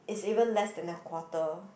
is even less than a quarter